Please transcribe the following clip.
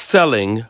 Selling